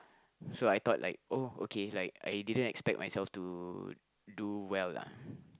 so I thought like oh okay like I didn't expect myself to do well lah